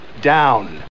down